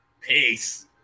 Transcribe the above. Peace